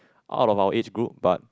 all about age group but